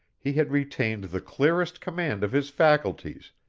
he had retained the clearest command of his faculties,